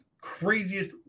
craziest